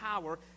power